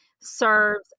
serves